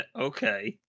Okay